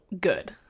good